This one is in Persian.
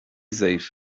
ضعیف